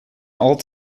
all